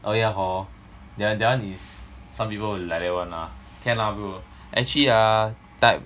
oh ya hor there that one is some people will like that one lah can lah bro actually ah time